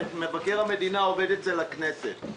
מבקר המדינה עובד אצל הכנסת,